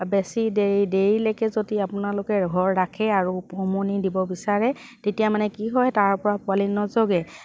বেছি দেৰি দেৰিলেকে যদি আপোনালোকে ঘৰ ৰাখে আৰু উমনি দিব বিচাৰে তেতিয়া মানে কি হয় তাৰ পৰা পোৱালি নজগে